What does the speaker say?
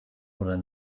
oder